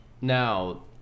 Now